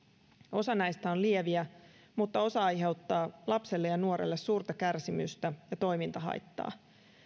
osa näistä on lieviä mutta osa aiheuttaa lapselle ja nuorelle suurta kärsimystä ja toimintahaittaa